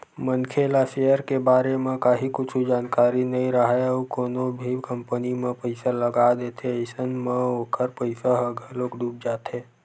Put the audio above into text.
मनखे ला सेयर के बारे म काहि कुछु जानकारी नइ राहय अउ कोनो भी कंपनी म पइसा लगा देथे अइसन म ओखर पइसा ह घलोक डूब जाथे